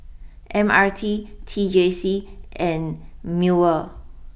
M R T T J C and Mewr